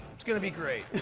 it's gonna be great.